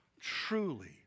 truly